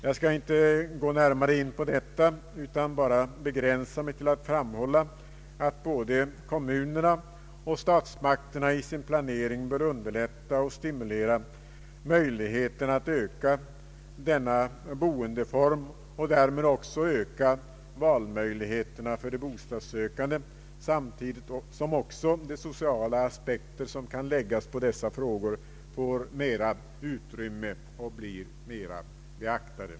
Jag skall inte gå närmare in på detta utan begränsar mig till att framhålla att både kommunerna och statsmakterna i sin planering bör underlätta och stimulera möjligheterna att öka denna boendeform och därmed också öka valmöjligheterna för de bostadssökande, samtidigt som också de sociala aspekter som kan läggas på dessa frågor får mera utrymme och blir mera beaktade.